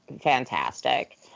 fantastic